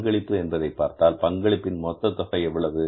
பங்களிப்பு என்பதை பார்த்தால் பங்களிப்பின் மொத்த தொகை எவ்வளவு